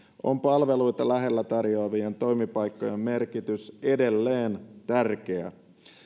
on palveluita lähellä tarjoavien toimipaikkojen merkitys edelleen tärkeä